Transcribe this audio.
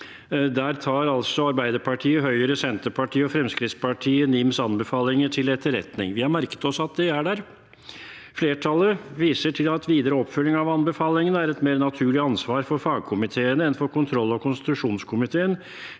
Der tar Arbeiderpartiet, Høyre, Senterpartiet og Fremskrittspartiet NIMs anbefalinger til etterretning. Vi har merket oss at de er der. Flertallet viser til at videre oppfølging av anbefalingene er et mer naturlig ansvar for fagkomiteene enn for kontrollog konstitusjonskomiteen,